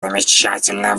замечательно